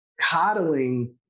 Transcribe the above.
coddling